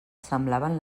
semblaven